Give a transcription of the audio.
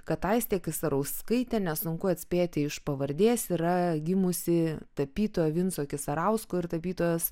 kad aistė kisarauskaitė nesunku atspėti iš pavardės yra gimusi tapytojo vinco kisarausko ir tapytojos